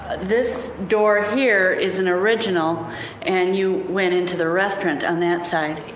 this door here is an original and you went into the restaurant on that side.